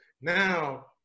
now